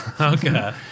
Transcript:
Okay